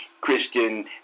Christian